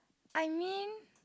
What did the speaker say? I mean